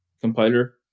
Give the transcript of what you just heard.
compiler